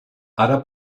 ara